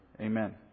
Amen